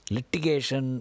Litigation